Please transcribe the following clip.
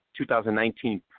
2019